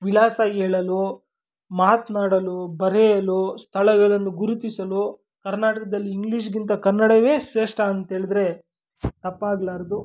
ವಿಳಾಸ ಹೇಳಲು ಮಾತನಾಡಲು ಬರೆಯಲು ಸ್ಥಳಗಳನ್ನು ಗುರುತಿಸಲು ಕರ್ನಾಟಕದಲ್ಲಿ ಇಂಗ್ಲೀಷ್ಗಿಂತ ಕನ್ನಡವೇ ಶ್ರೇಷ್ಠ ಅಂತೇಳಿದರೆ ತಪ್ಪಾಗಲಾರ್ದು